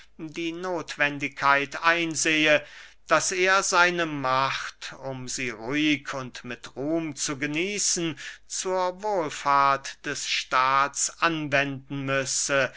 die nothwendigkeit einsehe daß er seine macht um sie ruhig und mit ruhm zu genießen zur wohlfahrt des staats anwenden müsse